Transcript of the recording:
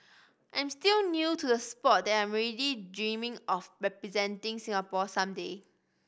I am still new to the sport that I am already dreaming of representing Singapore some day